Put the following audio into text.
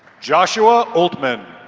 joshua oltman.